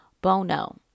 Bono